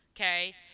okay